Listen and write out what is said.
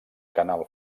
canal